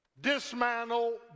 dismantle